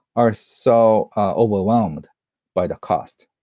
are so overwhelmed by the cost.